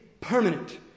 permanent